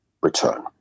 return